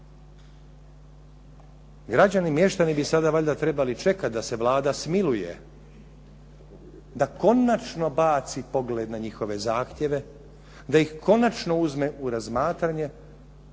Građani, mještani bi sada valjda trebali čekati da se Vlada smiluje da konačno baci pogled na njihove zahtjeve, da ih konačno uzme u razmatranje